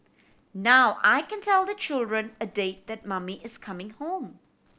now I can tell the children a date that mummy is coming home